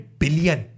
billion